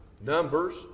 Numbers